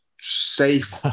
safe